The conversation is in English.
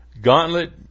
gauntlet